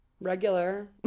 regular